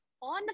on